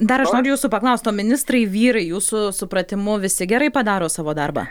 dar aš noriu jūsų paklaust o ministrai vyrai jūsų supratimu visi gerai padaro savo darbą